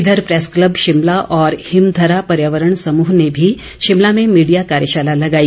इधर press club Shimla और हिमधरा पर्यावरण समूह ने भी शिमला में मीडिया कार्यशाला लगाई